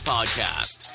Podcast